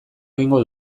egingo